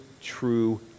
true